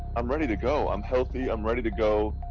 i'm ready to go. i'm healthy. i'm ready to go.